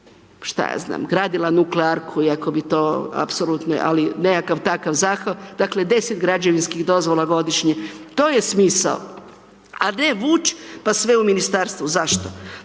šta ja znam, gradila nuklearku i ako bi to apsolutno, ali nekakav takav zahvat, dakle, 10 građevinskih dozvola godišnje, to je smisao, a ne vući, pa sve u Ministarstvu. Zašto?